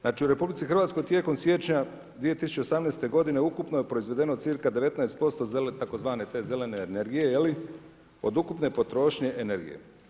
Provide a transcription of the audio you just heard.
Znači u RH tijekom siječnja 2018. godine ukupno je proizvedeno cca 19% tzv. te zelene energije od ukupne potrošnje energije.